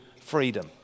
freedom